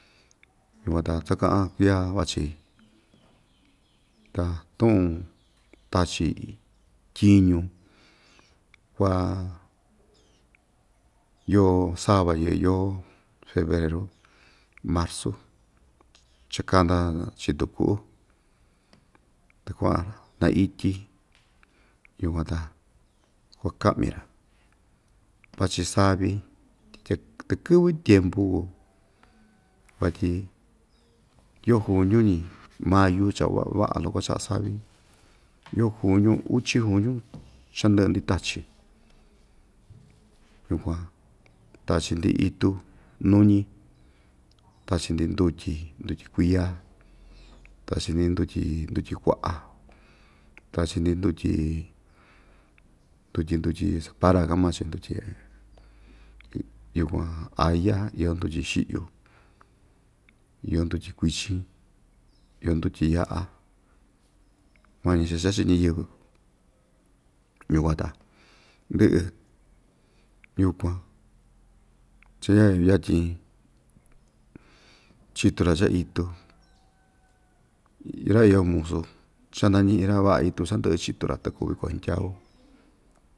Yukuan ta taꞌan kuiya vachi ta tuꞌun ta‑chi tyiñu kuaꞌa yoo sava yɨꞌɨ yoo febreru, marzu cha kanda chitu kuꞌu ta kua naityi yukuan ta kua kaꞌmi‑ra vachi savi tye tɨkɨ́vɨ́ tiempu kuu vatyi yoo juñiu‑ñi mayu cha vaꞌa vaꞌa loko chaꞌa savi yoo juñiu uchi juñu cha indɨꞌɨ‑ndi itachi yukuan tachi‑ndi itu nuñi tachi‑ndi ndutyi ndutyi kuiya tachi‑ndi ndutyi ndutyi kuaꞌa tachi‑ndi ndutyi ndutyi ndutyi spara kaꞌan maa‑chi ndutyi yukuan aya iyo ndutyi xiꞌyu iyo ndutyi kuichin iyo ndutyi yaꞌa mañi cha chachi ñiyɨvɨ yukuan ta ndɨꞌɨ yukuan cha yayu yatyin chitu‑ra chaꞌa itu ra iyo musu cha nañiꞌi‑ra vaꞌa itu cha indɨꞌɨ ichitu‑ra ta kuu viko nhindyau.